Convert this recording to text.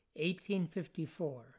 1854